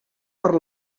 per